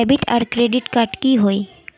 Debit आर credit card की होय?